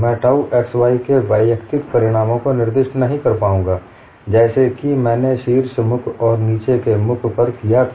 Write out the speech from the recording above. मैं tau xy के वैयक्तिक परिमाणों को निर्दिष्ट नहीं कर पाऊंगा जैसे कि मैंने शीर्ष मुख और नीचे के मुख top face and the bottom face पर किया था